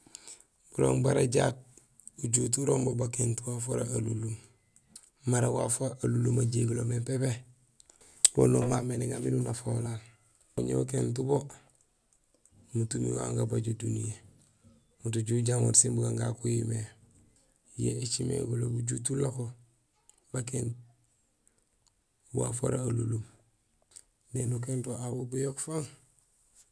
Burooŋ bara jaat ujut urooŋ bo bakénut waaf wara alunlum. Mara waaf wara alunlum ajégulo mé pépé wo nomamé néŋa miin unafaholaal. Bo ñé ukénut bo mat umi wan gabajo duniyee; mat uju ujamoor sin bugaan ga kuhimé. Yo écimé gurok ujut ulako bakénut waaf wara alunlum; néni ukénut wo aw bo buyok fang.